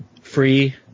free